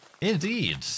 Indeed